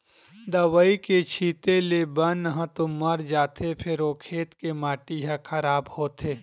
दवई के छिते ले बन ह तो मर जाथे फेर ओ खेत के माटी ह खराब होथे